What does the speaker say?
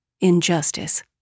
Injustice